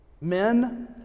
Men